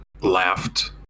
laughed